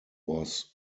was